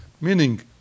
Meaning